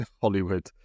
hollywood